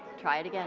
try to yeah